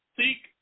seek